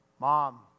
Mom